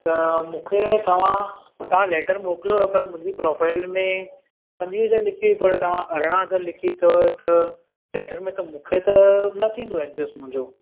त मूंखे तव्हां तव्हां लैटर मोकिलियो हुयो पर मुंहिंजी प्रोफ़ाइल में पंजवीह त लिखी हुई पर तव्हां अरिड़हं हज़ार लिखी अथव त लैटर में त मूंखे त न थींदो एडजस्ट मुंहिजो